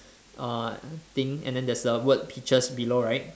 uh I think and then there's the word peaches below right